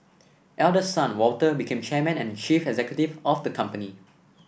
eldest son Walter became chairman and chief executive of the company